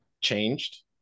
changed